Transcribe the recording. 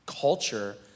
culture